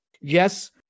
yes